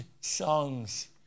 songs